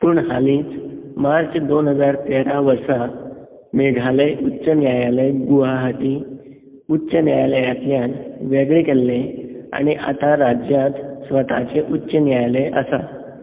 पूण हालींच मार्च दोन हजार तेरा वर्सा मेघालय उच्च न्यायालय गुवाहाटी उच्च न्यायालयांतल्यान वेगळें केल्लें आनी आतां राज्यांत स्वताचें उच्च न्यायालय आसा